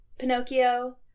pinocchio